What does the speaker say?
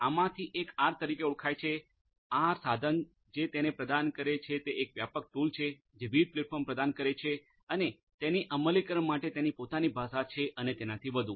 આમાંથી એક આર તરીકે ઓળખાય છે આર સાધન જે તેને પ્રદાન કરે છે કે તે એક વ્યાપક ટૂલ છે જે વિવિધ પ્લેટફોર્મ્સ પ્રદાન કરે છે અને તેની અમલીકરણ માટે તેની પોતાની ભાષા છે અને તેનાથી વધુ